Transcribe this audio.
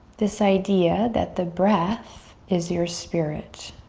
this idea that the breath is your spirit.